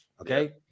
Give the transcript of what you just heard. Okay